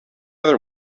other